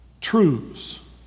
truths